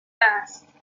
است